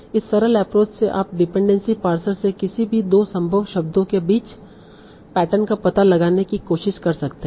इस सरल एप्रोच से आप डिपेंडेंसी पार्सर से किसी भी 2 संभव शब्दों के बीच पैटर्न का पता लगाने की कोशिश कर सकते हैं